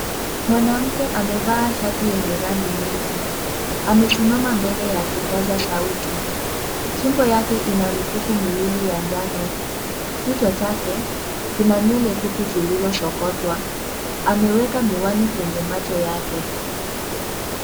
Mwanamke amevaa shati yenye rangi nyingi. Amesimama mbele ya kipaza sauti. Shingo yake ina mikufu miwili ya njano. Kichwa chake kina nywele fupi zilizosokotwa. Ameweka miwani kwenye macho yake.